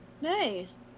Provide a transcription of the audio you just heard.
Nice